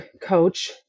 coach